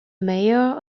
mayor